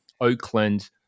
Oakland